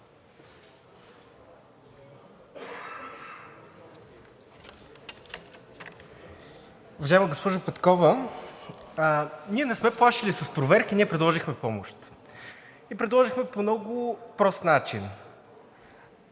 Уважаема госпожо Петкова, ние не сме плашили с проверки, ние предложихме помощ. И предложихме по много прост начин